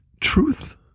truth